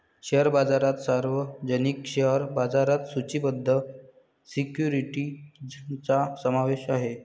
share बाजारात सार्वजनिक share बाजारात सूचीबद्ध सिक्युरिटीजचा समावेश आहे